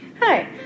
Hi